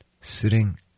sitting